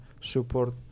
support